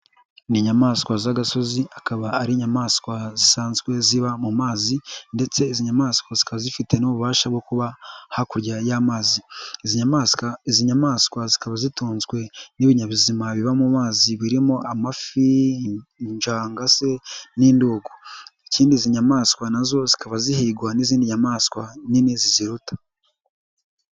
Ni inyamaswa z'agasozi, akaba ari inyamaswa zisanzwe ziba mu mazi ndetse izi nyamaswa zikaba zifite n'ububasha bwo kuba hakurya y'amazi, izi nyamaswa izi nyamaswa zikaba zitunzwe n'ibinyabuzima biba mu mazi birimo amafi, injanga se n'indugu, ikindi izi nyamaswa na zo zikaba zihigwa n'izindi nyamaswa nini ziziruta.